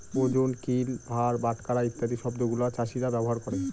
ওজন, কিল, ভার, বাটখারা ইত্যাদি শব্দগুলা চাষীরা ব্যবহার করে